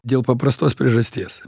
dėl paprastos priežasties